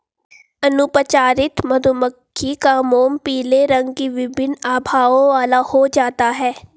अनुपचारित मधुमक्खी का मोम पीले रंग की विभिन्न आभाओं वाला हो जाता है